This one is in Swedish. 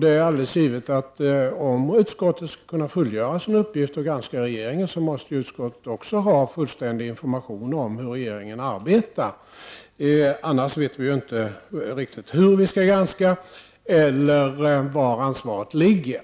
Det är alldeles givet att om utskottet skall kunna fullgöra sin uppgift och granska regeringen, måste utskottet också ha fullständig information om hur regeringen arbetar, annars vet vi inte riktigt hur vi skall granska eller var ansvaret ligger.